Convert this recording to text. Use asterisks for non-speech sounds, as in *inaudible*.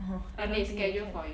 *noise* I don't think they care